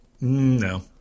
No